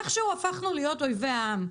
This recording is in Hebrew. איכשהו הפכנו להיות אויבי העם.